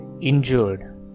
injured